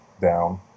down